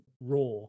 raw